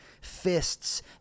Fists